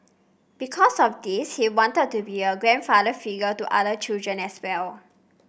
because of this he wanted to be a grandfather figure to other children as well